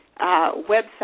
website